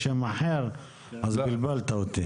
בשם הצורך בצמחים ובעצים ובטבע שעלולים להיפגע כאשר בונים.